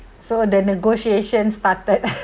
so the negotiations started